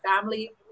family